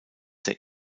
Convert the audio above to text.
der